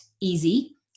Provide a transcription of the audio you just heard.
easy